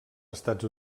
estats